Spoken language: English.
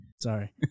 Sorry